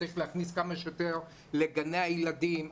צריך להכניס כמה שיותר לגני הילדים.